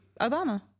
Obama